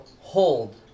hold